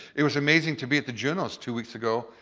it was amazing to be at the juno's two weeks ago,